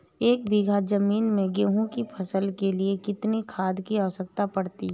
एक बीघा ज़मीन में गेहूँ की फसल के लिए कितनी खाद की आवश्यकता पड़ती है?